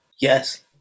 Yes